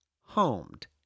homed